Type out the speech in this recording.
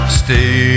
stay